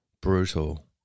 Brutal